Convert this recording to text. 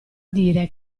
dire